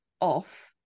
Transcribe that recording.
off